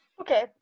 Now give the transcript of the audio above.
okay